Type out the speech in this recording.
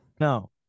No